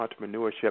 entrepreneurship